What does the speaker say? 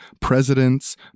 presidents